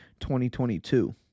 2022